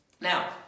Now